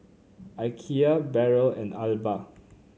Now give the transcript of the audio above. Ikea Barrel and Alba